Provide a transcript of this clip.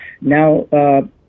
now